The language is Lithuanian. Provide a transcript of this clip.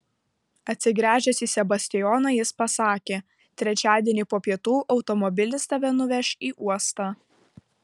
atsigręžęs į sebastijoną jis pasakė trečiadienį po pietų automobilis tave nuveš į uostą